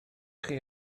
chi